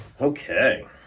Okay